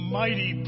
mighty